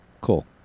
cool